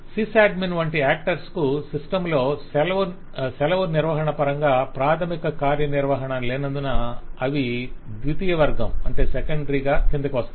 sys admin వంటి actors కు system లో సెలవు నిర్వహణ పరంగా ప్రాధమిక కార్యానిర్వహణ లేనందున అవి ద్వితీయ వర్గం కిందకి వస్తాయి